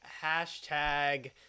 hashtag